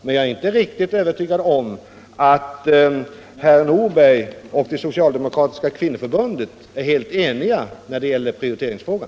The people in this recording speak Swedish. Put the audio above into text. Men jag är inte riktigt övertygad om att herr Nordberg och det socialdemokratiska kvinnoförbundet är helt eniga när det gäller prioriteringsfrågan.